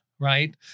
right